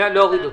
להוריד אותה.